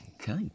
Okay